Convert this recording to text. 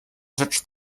rzecz